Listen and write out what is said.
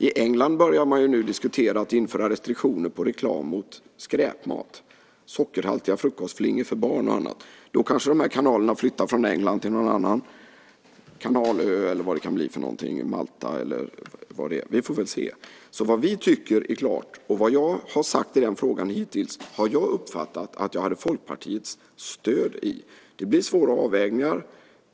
I England börjar man nu diskutera att införa restriktioner på reklam mot skräpmat - sockerhaltiga frukostflingor för barn och annat. Då kanske kanalerna flyttar från England till någon annan kanalö eller vad det kan bli för någonting - Malta eller så. Vi får väl se. Det är alltså klart vad vi tycker. Jag har uppfattat att jag hade Folkpartiets stöd för vad jag har sagt hittills i den frågan. Det blir svåra avvägningar.